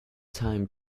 time